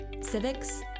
civics